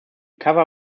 cover